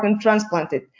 transplanted